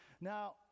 Now